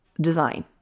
design